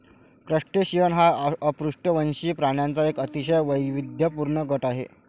crustacean हा अपृष्ठवंशी प्राण्यांचा एक अतिशय वैविध्यपूर्ण गट आहे